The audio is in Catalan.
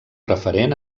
referent